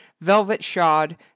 velvet-shod